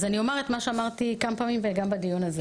אני אומר את מה שאמרתי כמה פעמים וגם בדיון הזה.